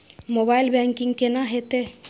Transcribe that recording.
Mobile banking केना हेते?